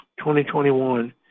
2021